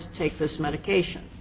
to take this medication